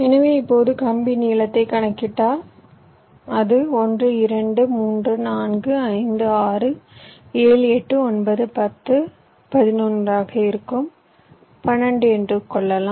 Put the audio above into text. எனவே இப்போது கம்பி நீளத்தைக் கணக்கிட்டால் அது 1 2 3 4 5 6 7 8 9 10 11 ஆக இருக்கும் 12 என்று கொள்ளலாம்